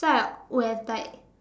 so I would have died